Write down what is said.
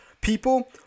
people